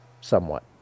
Somewhat